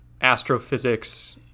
astrophysics